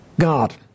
God